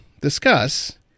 discuss